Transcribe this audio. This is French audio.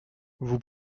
vous